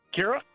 Kira